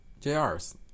JR's